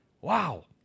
Wow